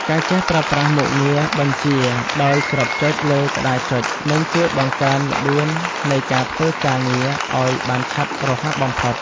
ការចេះប្រើប្រាស់មុខងារបញ្ជាដោយគ្រាប់ចុចលើក្តារចុចនឹងជួយបង្កើនល្បឿននៃការធ្វើការងារឱ្យបានឆាប់រហ័សបំផុត។